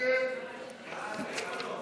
ההסתייגות (18)